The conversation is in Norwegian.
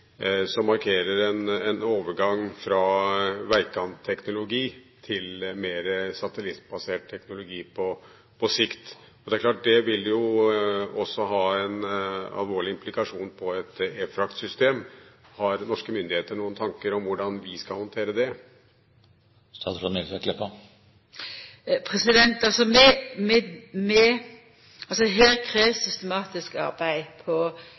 som på sikt markerer en overgang fra veikantteknologi til mer satellittbasert teknologi. Det er klart: Det vil jo også ha en alvorlig implikasjon for et e-fraktsystem. Har norske myndigheter noen tanker om hvordan vi skal håndtere det?